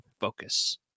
focus